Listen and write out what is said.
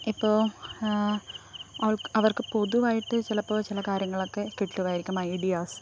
ഇപ്പോൾ അവർക്ക് അവര്ക്ക് പൊതുവായിട്ട് ചിലപ്പോൾ ചില കാര്യങ്ങളൊക്കെ കിട്ടുമായിരിക്കും ഐഡിയാസ്